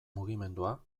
mugimendua